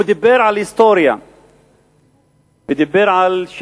הוא דיבר על היסטוריה ודיבר על כך